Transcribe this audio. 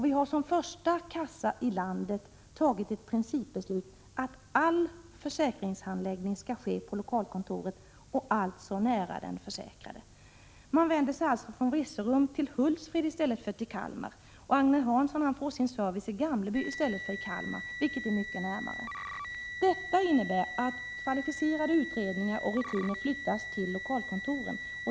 Vi har som första kassa i landet fattat ett principbeslut om att all försäkringshandläggning skall ske på lokalkontoret och alltså nära den försäkrade. I Virserum vänder man sig således till Hultsfred i stället för till Kalmar. Agne Hansson får alltså sin service i Gamleby i stället för i Kalmar, vilket är mycket närmare. Detta innebär att kvalificerade utredningar och rutiner flyttas till lokalkontoren.